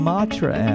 Matra